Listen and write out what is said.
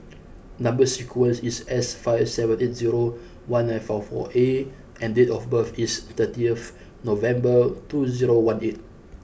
number sequence is S five seven eight zero one nine four four A and date of birth is thirty F November two zero one eight